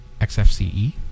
XFCE